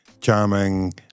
charming